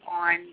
on